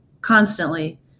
constantly